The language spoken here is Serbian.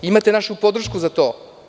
Imate našu podršku za to.